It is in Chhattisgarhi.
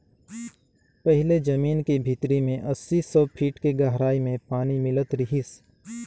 पहिले जमीन के भीतरी में अस्सी, सौ फीट के गहराई में पानी मिलत रिहिस